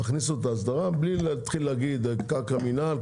תכניסו את ההסדרה בלי להגיד קרקע מינהל,